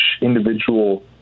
individual